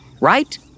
right